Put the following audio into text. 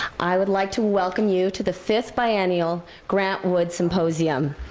i would like to welcome you to the fifth biennial grant wood symposium.